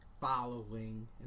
following